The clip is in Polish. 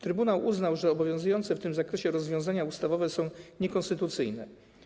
Trybunał uznał, że obowiązujące w tym zakresie rozwiązania ustawowe są niekonstytucyjne.